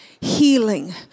healing